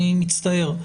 אני מצטער.